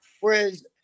whereas